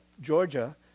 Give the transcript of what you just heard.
Georgia